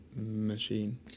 machine